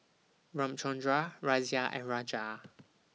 Ramchundra Razia and Raja